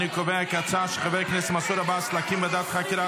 אני קובע כי ההצעה של חבר הכנסת מנסור עבאס להקים ועדת חקירה